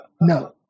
No